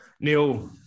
Neil